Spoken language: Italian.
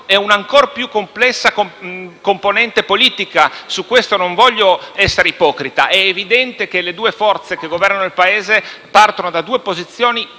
e un ancor più complessa componente politica. Su questo tema non voglio essere ipocrita: è evidente che le due forze che governano il Paese partono da due posizioni diverse